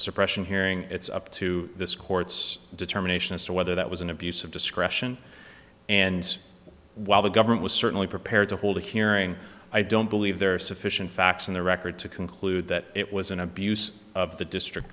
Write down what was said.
suppression hearing it's up to this court's determination as to whether that was an abuse of discretion and while the government was certainly prepared to hold a hearing i don't believe there are sufficient facts in the record to conclude that it was an abuse of the district